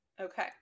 Okay